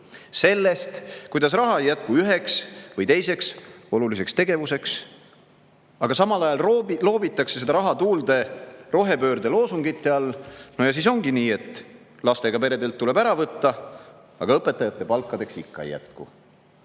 sellest, kuidas raha ei jätku üheks või teiseks oluliseks tegevuseks. Aga samal ajal loobitakse seda raha tuulde rohepöörde loosungite all. Ja siis ongi nii, et lastega peredelt tuleb ära võtta, aga õpetajate palkadeks ikka ei jätku.